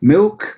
Milk